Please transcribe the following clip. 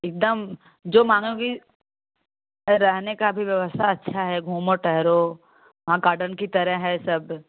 एक दम जो माँगोगी रहने की भी व्यवस्था अच्छी है घूमो टेहरो हाँ गार्डन की तरह है सब